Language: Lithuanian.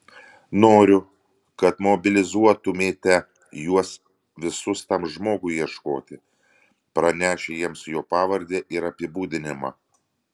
noriu kad mobilizuotumėte juos visus tam žmogui ieškoti pranešę jiems jo pavardę ir apibūdinimą